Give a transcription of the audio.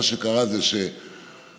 מה שקרה זה שהתקש"ח